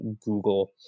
Google